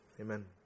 amen